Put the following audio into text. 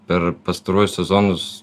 per pastaruosius sezonus